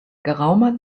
geraumer